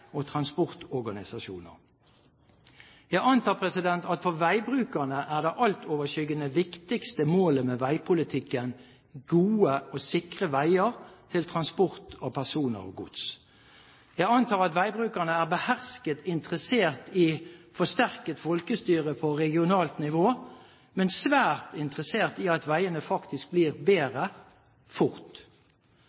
og transportorganisasjoner. Jeg antar at for veibrukerne er det altoverskyggende viktigste målet med veipolitikken gode og sikre veier til transport av personer og gods. Jeg antar at veibrukerne er behersket interessert i «forsterket folkestyre på regionalt nivå», men svært interessert i at veiene faktisk blir